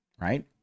right